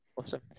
Awesome